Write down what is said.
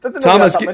Thomas